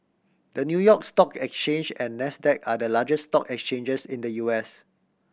the New York Stock Exchange and Nasdaq are the largest stock exchanges in the U S